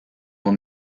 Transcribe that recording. will